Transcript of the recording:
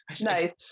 Nice